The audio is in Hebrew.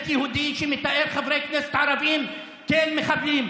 יהודי שמתאר חברי כנסת ערבים כמחבלים,